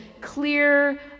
clear